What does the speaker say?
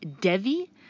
Devi